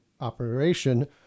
operation